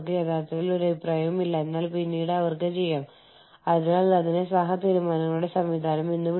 ആഗോള ബിസിനസ്സിനായി ബഹുരാഷ്ട്ര സംരംഭങ്ങൾ എങ്ങനെ സംഘടിപ്പിക്കുന്നു എന്നതിനെ സ്വാധീനിക്കുന്ന ഘടകങ്ങൾ